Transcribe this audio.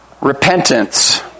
Repentance